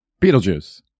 Beetlejuice